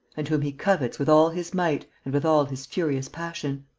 and whom he covets with all his might and with all his furious passion.